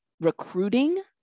recruiting